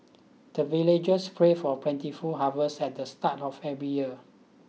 the villagers pray for plentiful harvest at the start of every year